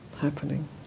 happening